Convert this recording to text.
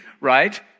right